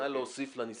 נא להוסיף לניסוח.